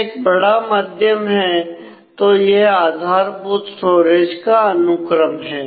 यह एक बड़ा माध्यम है तो यह आधारभूत स्टोरेज का अनुक्रम है